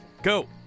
Go